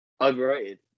overrated